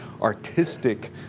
artistic